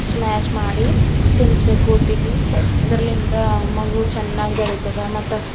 smash ಮಾಡಿ ತಿನ್ನಿಸ್ಬೇಕು ಕೂಸಿಗೆ ಇದ್ರಲ್ಲಿಂದ ಮಗು ಚೆನ್ನಾಗಿ ಬೆಳೀತದೆ ಮತ್ತು